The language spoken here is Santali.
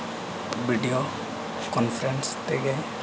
ᱵᱷᱤᱰᱤᱭᱳ ᱠᱚᱱᱯᱷᱟᱨᱮᱱᱥ ᱛᱮᱜᱮ